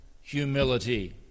humility